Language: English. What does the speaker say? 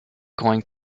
going